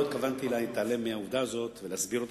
לא התכוונתי להתעלם מהעובדה הזאת ולהסביר אותה,